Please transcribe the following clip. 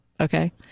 Okay